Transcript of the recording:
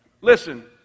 Listen